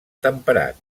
temperat